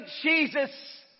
Jesus